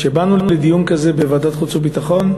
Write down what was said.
כשבאנו לדיון כזה בוועדת החוץ והביטחון,